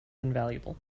invaluable